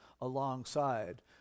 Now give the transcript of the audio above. alongside